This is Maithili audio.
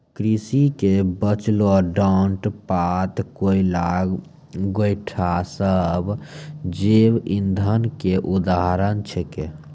कृषि के बचलो डांट पात, कोयला, गोयठा सब जैव इंधन के उदाहरण छेकै